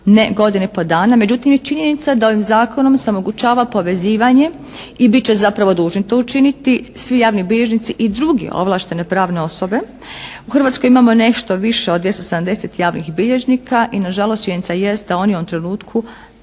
godinu i pol dana. Međutim, i činjenica da ovim Zakonom se omogućava povezivanje i bit će zapravo dužni to učiniti svi javni bilježnici i druge ovlaštene pravne osobe. U Hrvatskoj imamo nešto više od 270 javnih bilježnika i na žalost činjenica jest da oni u ovom trenutku